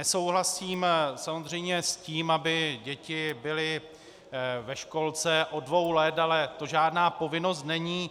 Nesouhlasím samozřejmě s tím, aby děti byly ve školce od dvou let, ale to žádná povinnost není.